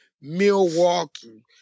Milwaukee